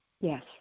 Yes